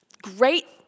great